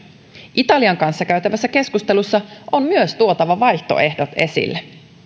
italian kanssa käytävässä keskustelussa on tuotava vaihtoehdot esille